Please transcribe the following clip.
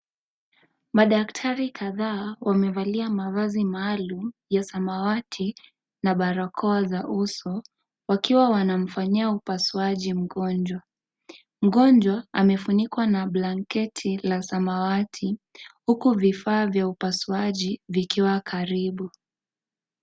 Madaktari kadhaa wamevalia mavazi maalum ya samawati na barakoa za uso wakiwa wanafanyia upasuaji mgonjwa, mgonjwa amefunikwa na blanketi la samawati huku vifaa vya upasuaji vikiwa karibu.